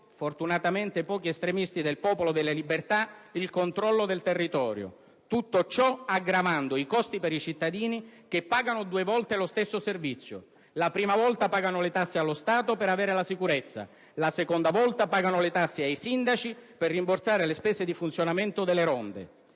fortunatamente pochi, estremisti del Popolo della Libertà il controllo del territorio. Tutto ciò aggravando i costi per i cittadini, che pagano due volte lo stesso servizio: la prima volta pagano le tasse allo Stato per avere la sicurezza; la seconda volta pagano le tasse ai sindaci per rimborsare le spese di funzionamento delle ronde.